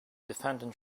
defendant